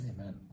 Amen